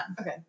Okay